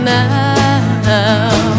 now